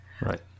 right